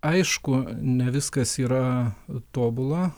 aišku ne viskas yra tobula